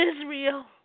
Israel